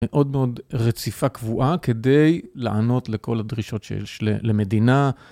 מאוד מאוד רציפה קבועה כדי לענות לכל הדרישות שיש למדינה...